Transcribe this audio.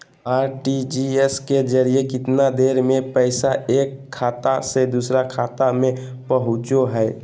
RTGS के जरिए कितना देर में पैसा एक खाता से दुसर खाता में पहुचो है?